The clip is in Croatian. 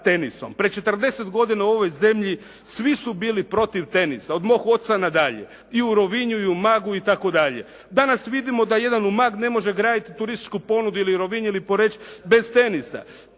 Prije 40 godina u ovoj zemlji svi su bili protiv tenisa. Od mog oca na dalje. I u Rovinju i u Umagu i tako dalje. Danas vidimo da jedan Umag ne može graditi turističku ponudu ili Rovinj ili Poreč bez tenisa.